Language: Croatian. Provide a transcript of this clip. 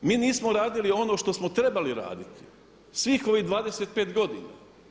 Mi nismo radili ono što smo trebali raditi svih ovih 25 godina.